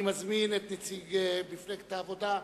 אני מזמין את נציג מפלגת העבודה,